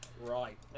Right